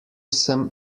sem